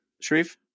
Sharif